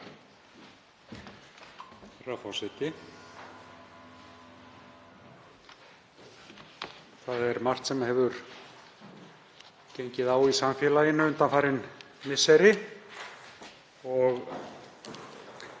forseti. Það er margt sem hefur gengið á í samfélaginu undanfarin misseri